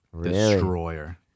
Destroyer